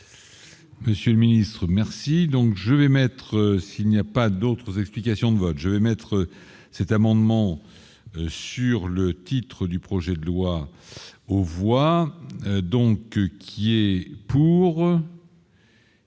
Monsieur le Ministre, merci, donc je vais mettre s'il n'y a pas d'autres explications de vote, je vais mettre cet amendement sur le titre du projet de loi au revoir donc qui est pour.